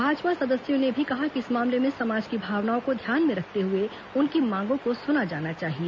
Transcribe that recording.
भाजपा सदस्यों ने भी कहा कि इस मामले में समाज की भावनाओं को ध्यान में रखते हुए उनकी मांगों को सुना जाना चाहिए